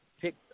pick